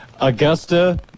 Augusta